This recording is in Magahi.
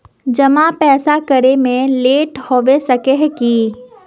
पैसा जमा करे में लेट होबे सके है की?